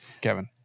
Kevin